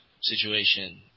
situation